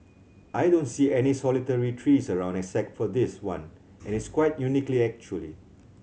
I don't see any solitary trees around except for this one and it's quite unique actually